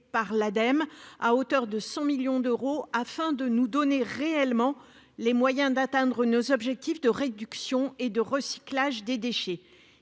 par l'Ademe, à hauteur de 100 millions d'euros, afin de nous donner réellement les moyens d'atteindre nos objectifs de réduction et de recyclage des déchets.